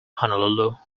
honolulu